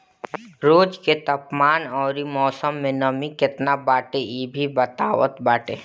रोज के तापमान अउरी मौसम में नमी केतना बाटे इ भी बतावत बाटे